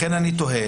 לכן אני תוהה,